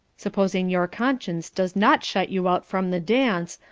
supposing your conscience does not shut you out from the dance,